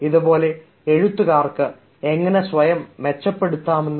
ഇതുപോലെ എഴുത്തുകാർക്ക് എങ്ങനെ സ്വയം മെച്ചപ്പെടുത്താമെന്നും